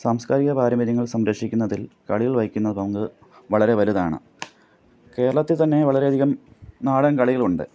സാംസ്കാരിക പാരമ്പര്യങ്ങൾ സംരക്ഷിക്കുന്നതിൽ കളികൾ വഹിക്കുന്ന പങ്ക് വളരെ വലുതാണ് കേരളത്തിൽ തന്നെ വളരെയധികം നാടൻ കളികളുണ്ട്